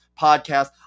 podcast